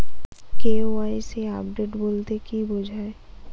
KYC update বলতে কি বোঝায়?